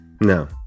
No